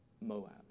Moab